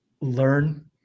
learn